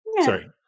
sorry